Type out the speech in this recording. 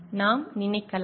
நாம் நினைக்கலாம்